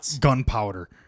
gunpowder